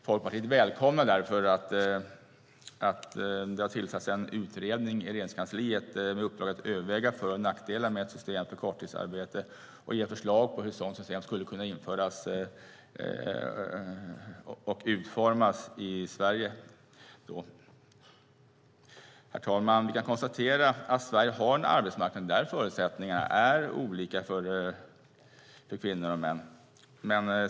Folkpartiet välkomnar därför att det har tillsatts en utredning i Regeringskansliet med uppdrag att överväga för och nackdelar med ett system för korttidsarbete och ge förslag på hur ett sådant system skulle kunna utformas i Sverige. Herr talman! Vi kan konstatera att Sverige har en arbetsmarknad där förutsättningarna är olika för kvinnor och män.